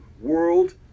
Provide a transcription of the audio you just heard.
world